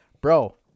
bro